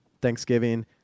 Thanksgiving